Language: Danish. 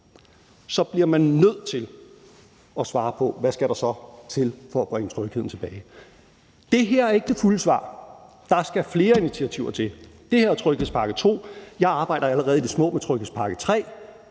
bliver man nødt til at svare på, hvad der så skal til for at bringe trygheden tilbage. Det her er ikke det fulde svar. Der skal flere initiativer til. Det her er tryghedspakke 2. Jeg arbejder allerede i det små med tryghedspakke 3.